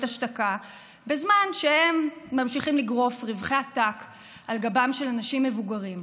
השתקה בזמן שהם ממשיכים לגרוף רווחי עתק על גבם של אנשים מבוגרים.